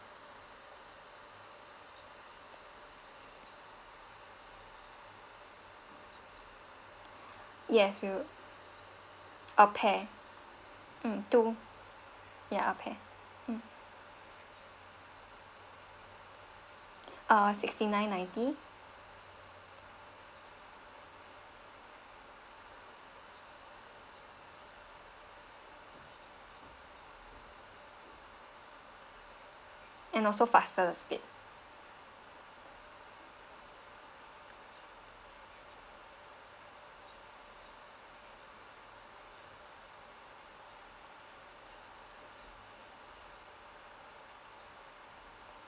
yes we we~ a pair mm two ya a pair mm uh sixty nine ninety and also faster speed